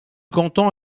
canton